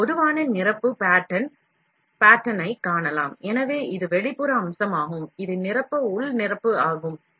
ஒரு பொதுவான நிரப்பு pattern நைக் காணலாம் எனவே இது வெளிப்புற அம்சமாகும் இது நிரப்பு உள் நிரப்பு ஆகும்